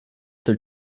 their